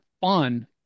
fun